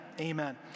Amen